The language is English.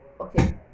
okay